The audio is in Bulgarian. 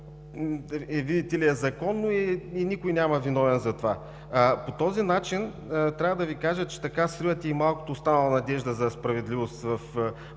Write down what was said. видите ли, е законно и няма виновен за това. Трябва да Ви кажа, че така сривате и малкото останала надежда за справедливост в